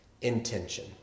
intention